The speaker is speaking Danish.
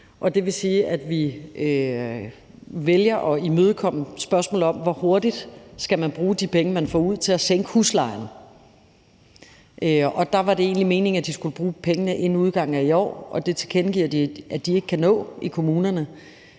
Det vil sige, at vi vælger at imødekomme spørgsmålet om, hvor hurtigt man skal bruge de penge, man får, til at sænke huslejen. Der var det egentlig meningen, at kommunerne skulle bruge pengene inden udgangen af i år, og det har de i kommunerne